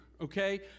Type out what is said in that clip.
okay